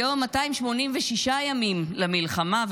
היום 286 ימים למלחמה,